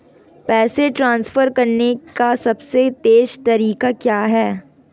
पैसे ट्रांसफर करने का सबसे तेज़ तरीका क्या है?